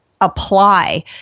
apply